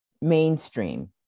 mainstream